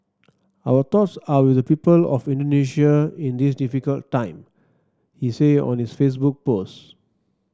our thoughts are with the people of Indonesia in this difficult time he said on his Facebook post